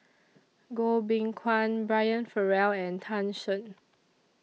Goh Beng Kwan Brian Farrell and Tan Shen